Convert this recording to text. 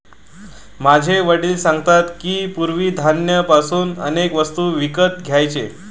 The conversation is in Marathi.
माझे वडील सांगतात की, पूर्वी धान्य पासून अनेक वस्तू विकत घ्यायचे